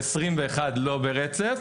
ו-21 לא ברצף.